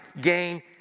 gain